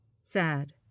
sad